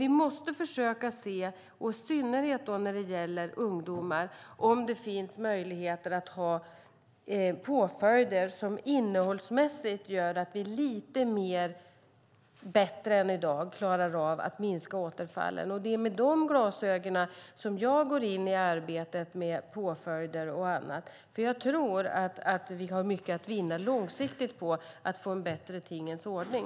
Vi måste dock, i synnerhet när det gäller ungdomar, försöka se om det finns möjligheter att ha påföljder som innehållsmässigt gör att vi lite bättre än i dag klarar av att minska återfallen. Det är med de glasögonen jag går in i arbetet med påföljder och annat, för jag tror att vi långsiktigt har mycket att vinna på en bättre tingens ordning.